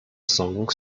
song